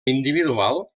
individual